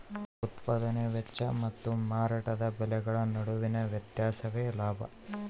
ಉತ್ಪದಾನೆ ವೆಚ್ಚ ಮತ್ತು ಮಾರಾಟದ ಬೆಲೆಗಳ ನಡುವಿನ ವ್ಯತ್ಯಾಸವೇ ಲಾಭ